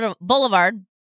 Boulevard